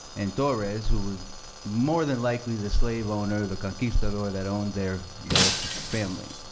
and torres, who was more than likely the slave owner, the conquistador that owned their their family.